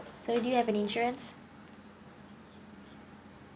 so do you have an insurance